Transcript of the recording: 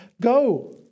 Go